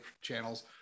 channels